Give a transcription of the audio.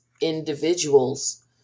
individuals